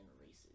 races